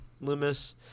Loomis